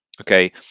Okay